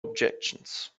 objections